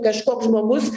kažkoks žmogus